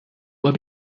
habe